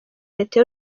leta